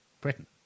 Britain